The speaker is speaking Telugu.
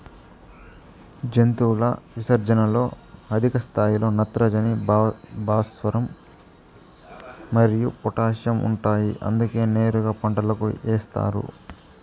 జంతువుల విసర్జనలలో అధిక స్థాయిలో నత్రజని, భాస్వరం మరియు పొటాషియం ఉంటాయి అందుకే నేరుగా పంటలకు ఏస్తారు